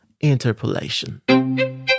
interpolation